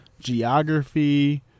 geography